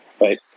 Right